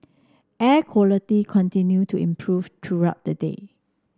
air quality continue to improve throughout the day